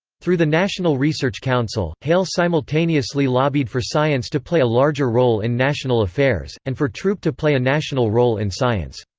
through the national research council, hale simultaneously lobbied for science to play a larger role in national affairs, and for throop to play a national role in science.